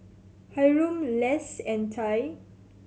Hyrum Less and Ty